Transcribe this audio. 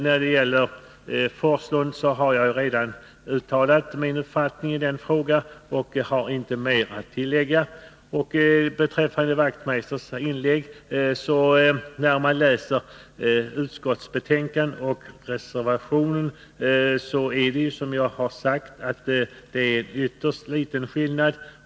Med anledning av vad Bo Forslund sade vill jag bara säga att jag redan redogjort för min uppfattning i frågan. Jag har inte mer att tillägga. Sedan till Knut Wachtmeisters inlägg. När man läser utskottsbetänkandet och reservationen finner man att det är en ytterst liten skillnad.